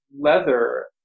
leather